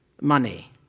money